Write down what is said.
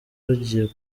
bagiye